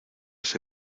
ese